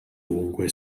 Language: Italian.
ovunque